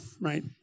right